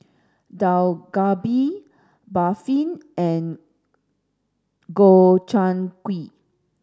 Dak Galbi Barfi and Gobchang Gui